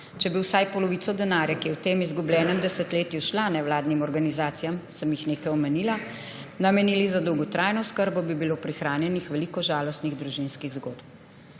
Če bi se vsaj polovica denarja, ki je v tem izgubljenem desetletju šla nevladnim organizacijam, sem jih nekaj omenila, namenili za dolgotrajno oskrbo, bi bilo prihranjenih veliko žalostnih družinskih zgodb.«